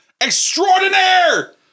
extraordinaire